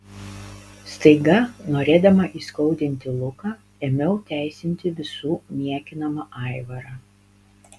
staiga norėdama įskaudinti luką ėmiau teisinti visų niekinamą aivarą